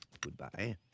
Goodbye